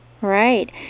Right